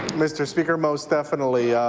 mr. speaker, most definitely.